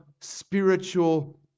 spiritual